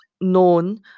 known